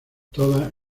todas